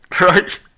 Right